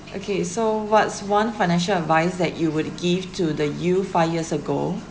okay so what's one financial advice that you would give to the you five years ago